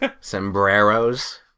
sombreros